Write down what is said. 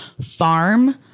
farm